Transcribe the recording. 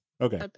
Okay